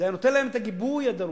זה היה נותן להם את הגיבוי הדרוש.